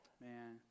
Man